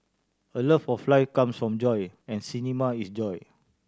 a love of life comes from joy and cinema is joy